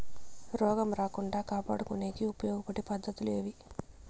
రోగం రాకుండా కాపాడుకునేకి ఉపయోగపడే పద్ధతులు ఏవి?